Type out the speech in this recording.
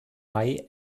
mai